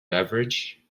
beverage